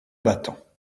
battants